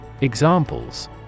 Examples